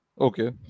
Okay